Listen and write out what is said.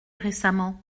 récemment